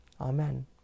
Amen